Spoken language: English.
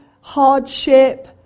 hardship